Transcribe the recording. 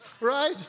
right